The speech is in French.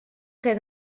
près